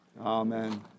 Amen